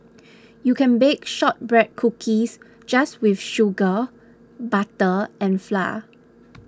you can bake Shortbread Cookies just with sugar butter and flour